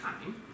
time